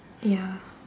ya